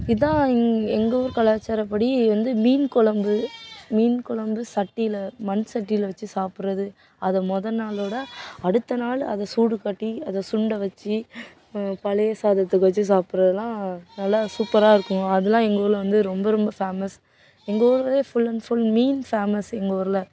இதான் எங்கள் ஊர் கலாச்சாரப்படி வந்து மீன் குழம்பு மீன் குழம்பு சட்டியில மண் சட்டியில வச்சு சாப்பிட்றது அதை முத நாளோட அடுத்த நாள் அதை சூடு காட்டி அதை சுண்ட வச்சு பழைய சாதத்துக்கு வச்சு சாப்புறதெல்லாம் நல்லா சூப்பராக இருக்கும் அதெலாம் எங்கள் ஊரில் வந்து ரொம்ப ரொம்ப ஃபேமஸ் எங்கள் ஊர்ங்கிறதே ஃபுல் அண்ட் ஃபுல் மீன் ஃபேமஸ் எங்கள் ஊரில்